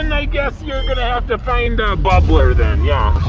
i guess you're gonna have to find a bubbler then, yeah.